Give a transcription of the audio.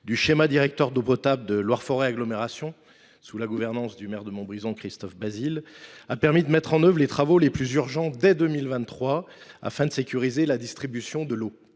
du schéma directeur d’alimentation en eau potable de Loire Forez agglomération, assurée sous la gouvernance du maire de Montbrison, Christophe Bazile, a permis de mettre en œuvre les travaux les plus urgents dès 2023 afin de sécuriser la distribution de l’eau.